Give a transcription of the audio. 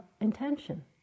intention